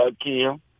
Kim